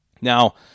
Now